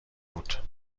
بود